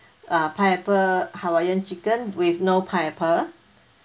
uh pineapple hawaiian chicken with no pineapple